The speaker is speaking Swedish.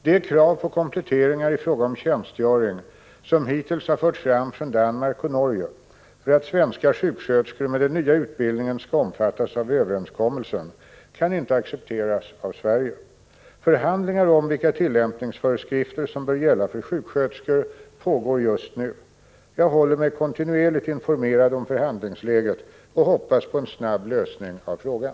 De krav på kompletteringar i fråga om tjänstgöring som hittills har förts fram från Danmark och Norge för att svenska sjuksköterskor med den nya utbildningen skall omfattas av överenskommelsen kan inte accepteras av Sverige. Förhandlingar om vilka tillämpningsföreskrifter som bör gälla för sjuksköterskor pågår just nu. Jag håller mig kontinuerligt informerad om förhandlingsläget och hoppas på en snar lösning av frågan.